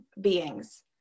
beings